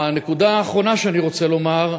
הנקודה האחרונה שאני רוצה לומר,